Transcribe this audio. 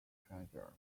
treasure